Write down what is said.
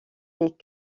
est